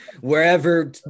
wherever